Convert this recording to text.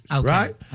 right